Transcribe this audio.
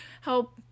help